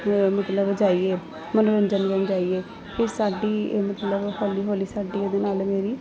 ਮਤਲਬ ਜਾਈਏ ਮਨੋਰੰਜਨ ਵੱਲ ਜਾਈਏ ਅਤੇ ਸਾਡੀ ਮਤਲਬ ਹੌਲੀ ਹੌਲੀ ਸਾਡੀ ਉਹਦੇ ਨਾਲ ਮੇਰੀ